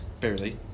barely